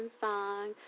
song